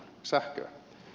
sähköä